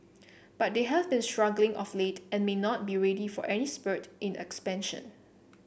but they have been struggling of late and may not be ready for any spurt in expansion